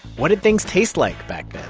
what did things taste like back then?